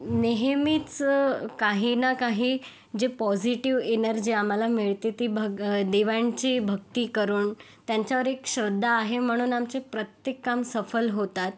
आणि नेहमीच काही ना काही जी पॉझिटिव्ह एनर्जी आम्हाला मिळते ती भग देवांची भक्ती करून त्यांच्यावर एक श्रद्धा आहे म्हणून आमचे प्रत्येक काम सफल होतात